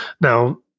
Now